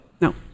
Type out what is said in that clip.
no